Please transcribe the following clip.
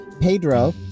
Pedro